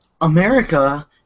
America